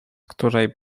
której